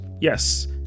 Yes